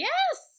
Yes